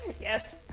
Yes